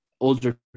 older